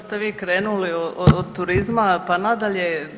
Sad ste vi krenuli od turizma, pa nadalje.